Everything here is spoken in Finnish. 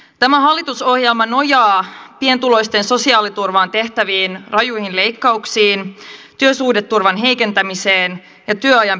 tämä hallitusohjelma nojaa pienituloisten sosiaaliturvaan tehtäviin rajuihin leikkauksiin työsuhdeturvan heikentämiseen ja työajan pidentämiseen